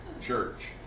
church